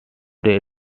ray